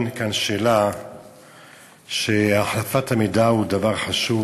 אין כאן שאלה שהחלפת המידע היא דבר חשוב.